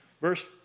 Verse